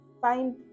find